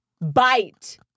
bite